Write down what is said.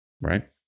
right